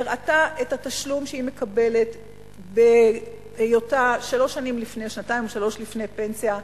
והראתה את התשלום שהיא מקבלת בהיותה שנתיים או שלוש לפני פנסיה,